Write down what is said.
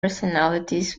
personalities